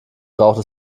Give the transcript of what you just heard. braucht